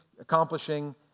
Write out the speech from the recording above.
accomplishing